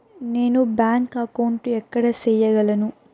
నేను bank account ఎక్కడ సేయగలను